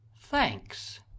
thanks